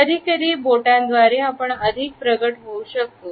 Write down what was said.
कधीकधी बोटं द्वारे आपण अधिक प्रकट होऊ शकतो